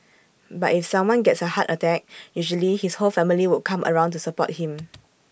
but if someone gets A heart attack usually his whole family would come around to support him